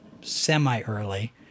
semi-early